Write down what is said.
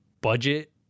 budget